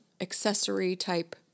accessory-type